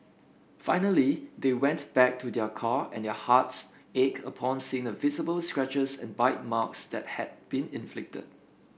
finally they went back to their car and their hearts ached upon seeing the visible scratches and bite marks that had been inflicted